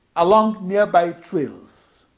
along nearby trails.